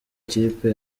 kipe